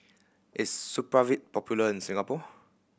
is Supravit popular in Singapore